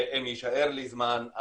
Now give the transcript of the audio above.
אם יישאר לי זמן,